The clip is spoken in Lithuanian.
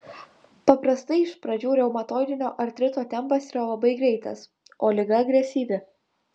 paprastai iš pradžių reumatoidinio artrito tempas yra labai greitas o liga agresyvi